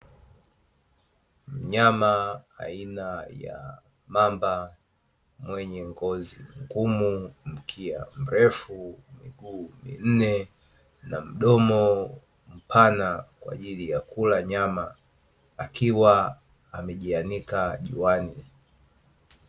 Mnyama aina ya mamba mwenye ngozi ngumu, mkia mrefu, miguu minne na mdomo mpana kwaajili ya kula nyama akiwa amejianika juani.